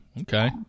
okay